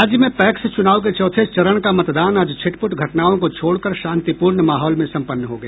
राज्य में पैक्स चुनाव के चौथे चरण का मतदान आज छिटपुट घटनाओं को छोड़कर शांतिपूर्ण माहौल में सम्पन्न हो गया